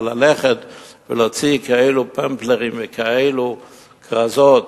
אבל ללכת ולהוציא כאלה פמפלטים וכאלה כרזות